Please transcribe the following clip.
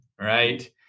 right